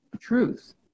truth